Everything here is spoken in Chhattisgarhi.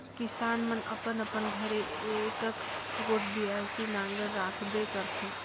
किसान मन अपन अपन घरे एकक गोट बियासी नांगर राखबे करथे